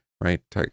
right